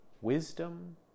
Wisdom